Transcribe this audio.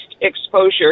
exposure